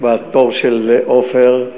בתור של עפר,